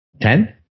ten